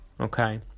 Okay